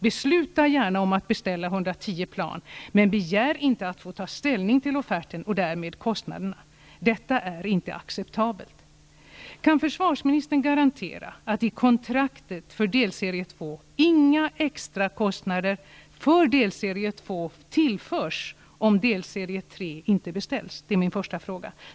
Besluta gärna om att beställa 110 plan, men begär inte att få ta ställning till offerten och därmed kostnaderna! Detta är inte acceptabelt. Min första fråga är: Kan försvarsministern garantera att i kontraktet för delserie 2 inga extra kostnader för delserie 2 tillförs om delserie 3 inte beställs?